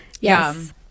Yes